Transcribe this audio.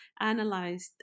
analyzed